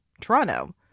Toronto